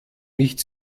nicht